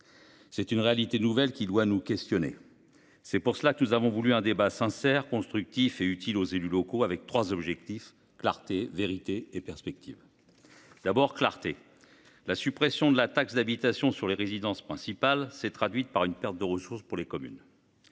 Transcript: a là une réalité nouvelle qui doit nous interpeller. C’est pourquoi nous avons voulu un débat sincère, constructif et utile aux élus locaux, en nous fixant trois objectifs : clarté, vérité et perspectives. Commençons donc dans la clarté : la suppression de la taxe d’habitation sur les résidences principales s’est traduite par une perte de ressources pour les communes.